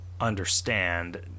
understand